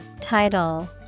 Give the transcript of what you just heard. Title